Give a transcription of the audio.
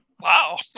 Wow